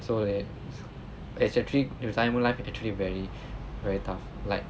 so it's actually retirement life is actually very very tough like